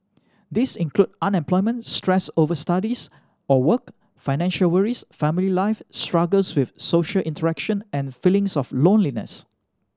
these include unemployment stress over studies or work financial worries family life struggles with social interaction and feelings of loneliness